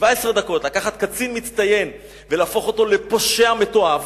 ב-17 דקות קצין מצטיין ולהפוך אותו לפושע מתועב,